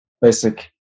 basic